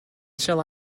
shall